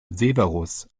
severus